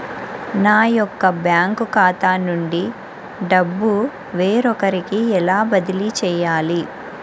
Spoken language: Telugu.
నా యొక్క బ్యాంకు ఖాతా నుండి డబ్బు వేరొకరికి ఎలా బదిలీ చేయాలి?